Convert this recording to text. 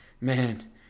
man